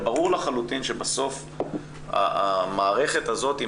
הרי ברור לחלוטין שבסוף המערכת הזאת היא